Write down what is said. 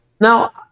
Now